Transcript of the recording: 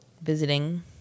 visiting